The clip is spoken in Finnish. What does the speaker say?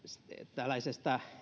tällaisesta